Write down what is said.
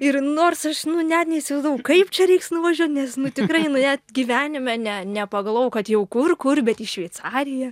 ir nors aš net neįsivaizdavau kaip čia reiks nuvažiuot nes nu tikrai nu net gyvenime ne nepagalvojau kad jau kur kur bet į šveicariją